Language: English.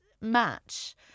match